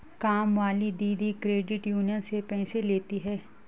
कामवाली दीदी credit union से पैसे लेती हैं